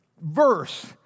verse